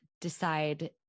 decide